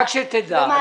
רק שתדע.